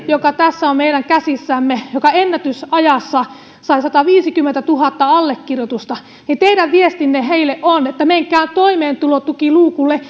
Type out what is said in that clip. joka tässä on meidän käsissämme joka ennätysajassa sai sataviisikymmentätuhatta allekirjoitusta ja teidän viestinne heille on menkää toimeentulotukiluukulle